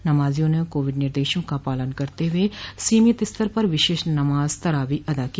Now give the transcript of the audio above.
नमाजियों ने कोविड निर्देशों का पालन करते हुए सीमित स्तर पर विशेष नमाज तरावी अदा की